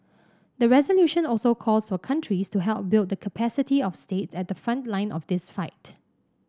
the resolution also calls for countries to help build the capacity of states at the front line of this fight